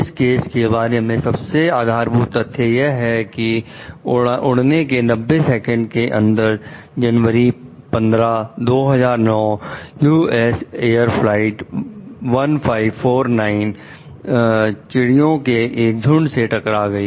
इस केस के बारे में सबसे आधारभूत तथ्य यह है कि उड़ने के 90 सेकेंड के अंदर जनवरी 15 2009 यू एस एयर फ्लाइट 1549 चिड़ियों के एक झुंड से टकरा गई